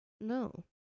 No